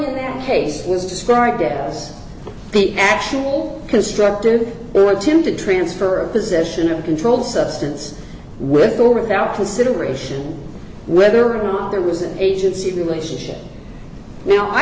in that case was discarded as the actual constructive attempted transfer of possession of a controlled substance with or without consideration whether or not there was an agency relationship now i